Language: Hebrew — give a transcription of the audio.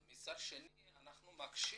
אבל מצד שני אנחנו מקשים